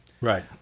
Right